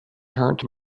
turned